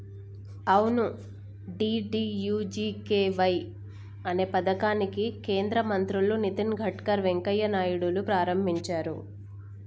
అవును డి.డి.యు.జి.కే.వై అనే పథకాన్ని కేంద్ర మంత్రులు నితిన్ గడ్కర్ వెంకయ్య నాయుడులు ప్రారంభించారు